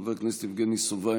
חבר הכנסת יבגני סובה,